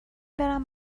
برم